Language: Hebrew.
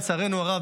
לצערנו הרב,